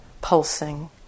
pulsing